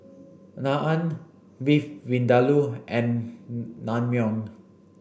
Naan Beef Vindaloo and Naengmyeon